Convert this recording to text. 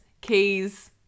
keys